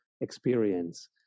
experience